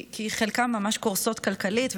כי חלקן ממש קורסות כלכלית,